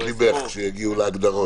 תראו, מה שחשוב זה לשים את הציבור במרכז.